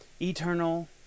eternal